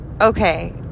okay